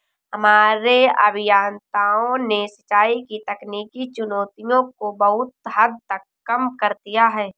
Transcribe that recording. हमारे अभियंताओं ने सिंचाई की तकनीकी चुनौतियों को बहुत हद तक कम कर दिया है